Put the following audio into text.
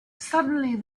suddenly